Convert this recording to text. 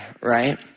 right